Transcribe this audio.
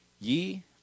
Ye